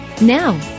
Now